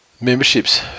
Membership's